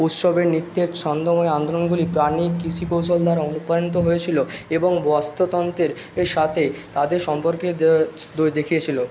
উৎসবে নৃত্যের ছন্দময় আন্দোলনগুলি প্রাণীর কৃষি কৌশল দ্বারা অনুপ্রাণিত হয়েছিলো এবং বাস্তুতন্ত্রের এ সাথে তাদের সম্পর্কের দেখিয়েছিলো